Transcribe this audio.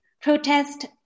protest